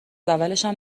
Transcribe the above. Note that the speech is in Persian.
اولشم